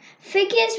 Figures